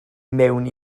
mewn